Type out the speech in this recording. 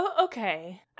okay